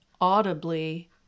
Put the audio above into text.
audibly